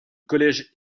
collège